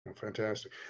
Fantastic